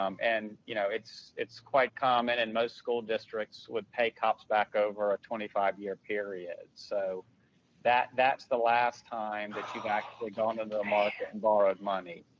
um and, you know, it's it's quite common. and most school districts would pay cops back over a twenty five year period. so that's the last time that you've actually gone into the market and borrowed money.